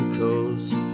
coast